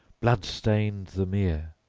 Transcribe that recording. blood-stained the mere.